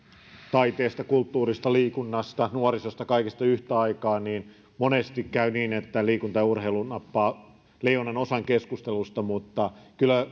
taiteesta kulttuurista liikunnasta nuorisosta kaikista yhtä aikaa niin monesti käy niin että liikunta ja urheilu nappaavat leijonanosan keskustelusta mutta on kyllä